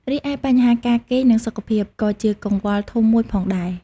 រីឯ បញ្ហាការគេង និងសុខភាព ក៏ជាកង្វល់ធំមួយផងដែរ។